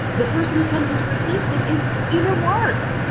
the person who comes in to replace them is even worse.